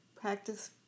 Practice